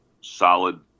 solid